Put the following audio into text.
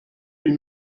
huit